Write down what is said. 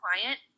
client